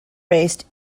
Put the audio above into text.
based